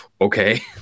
okay